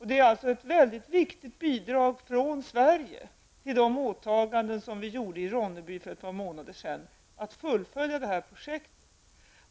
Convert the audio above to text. Detta är alltså ett väldigt viktig bidrag för Sverige till de åtaganden som vi gjorde i Ronneby för ett par månader sedan att fullfölja det här projektet.